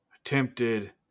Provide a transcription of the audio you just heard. attempted